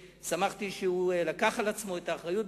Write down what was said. שמחתי שהוא לקח על עצמו את האחריות,